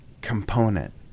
component